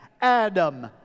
Adam